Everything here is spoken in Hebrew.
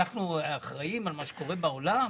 אנחנו אחראים על מה שקורה בעולם?